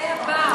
ברווזי הבר.